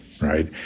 right